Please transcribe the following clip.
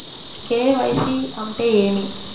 KYC అంటే ఏమి?